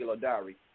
Diary